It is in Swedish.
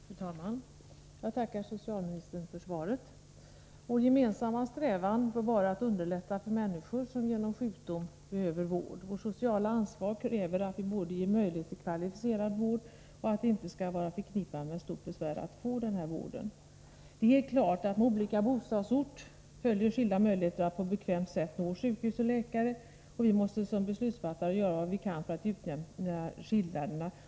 Fru talman! Jag tackar socialministern för svaret. Vår gemensamma strävan bör vara att underlätta för människor som på grund av sjukdom behöver vård. Vårt sociala ansvar kräver att vi ger möjlighet till kvalificerad vård och ser till att det inte skall vara förknippat med för stora besvär att få denna vård. Det är helt klart att med olika bostadsort följer skilda möjligheter att på bekvämt sätt nå sjukhus och läkare. Vi måste som beslutsfattare göra vad vi kan för att utjämna skillnaderna.